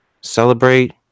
celebrate